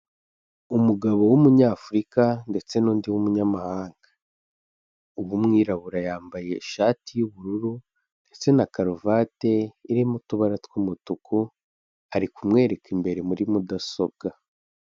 Umugabo w'umunyafurika ndetse n'undi w'umunyamahanga. Uw'umwirabura yambaye ishati y'ubururu ndetse na karuvate irimo utubara tw'umutuku, ari kumwereka imbere muri mudasobwa.